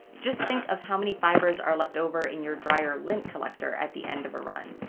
just think of how many fibers are left over in your dryer lint collector at the end of a run.